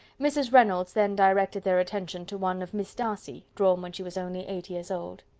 mrs. reynolds then directed their attention to one of miss darcy, drawn when she was only eight years old.